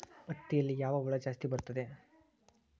ಹತ್ತಿಯಲ್ಲಿ ಯಾವ ಹುಳ ಜಾಸ್ತಿ ಬರುತ್ತದೆ?